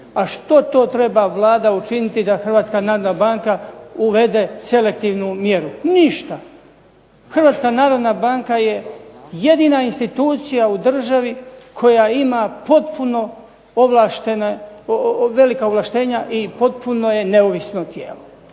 a što to treba Vlada učiniti da Hrvatska narodna banka uvede selektivnu mjeru. Ništa. Hrvatska narodna banka je jedina institucija u državi koja ima potpuno velika ovlaštenja i potpuno je neovisno tijelo.